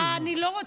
לא, תדייקי.